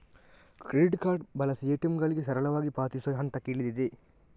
credit card ಬಳಸಿ ಎ.ಟಿ.ಎಂಗಳಿಗೆ ಸರಳವಾಗಿ ಪಾವತಿಸುವ ಹಂತಕ್ಕೆ ಇಳಿದಿದೆ